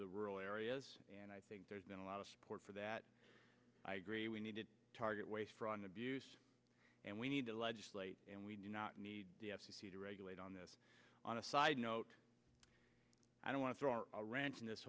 the rural areas and i think there's been a lot of support for that i agree we need to target waste fraud and abuse and we need to legislate and we do not need to regulate on this on a side note i don't want to our ranch in this